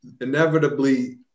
inevitably